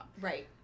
Right